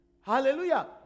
Hallelujah